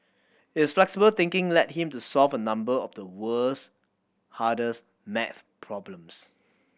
his flexible thinking led him to solve a number of the world's hardest maths problems